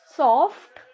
soft